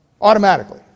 Automatically